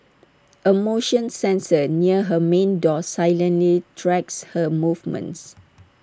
A motion sensor near her main door silently tracks her movements